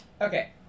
Okay